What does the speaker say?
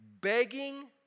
begging